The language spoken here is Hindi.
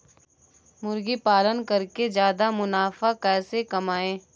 मुर्गी पालन करके ज्यादा मुनाफा कैसे कमाएँ?